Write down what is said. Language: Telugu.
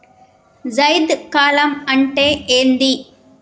జైద్ కాలం అంటే ఏంది?